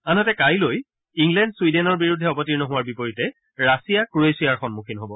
আনহাতে কাইলৈ ইংলেণ্ড ছুইডেনৰ বিৰুদ্ধে অবতীৰ্ণ হোৱাৰ বিপৰীতে ৰাছিয়া ক্ৰ ৱেছিয়াৰ সন্মুখীন হব